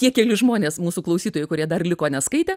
tie keli žmonės mūsų klausytojai kurie dar liko neskaitę